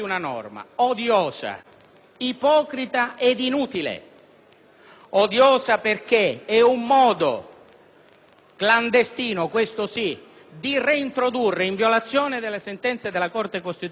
clandestino, questo sì, di reintrodurre, in violazione delle sentenze della Corte costituzionale, il principio e l'esecuzione immediata dell'espulsione per la sola denuncia,